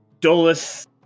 Dolus